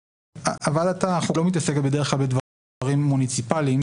ועדת החוקה לא מתעסקת בדרך כלל בדברים מוניציפליים,